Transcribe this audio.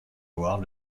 loire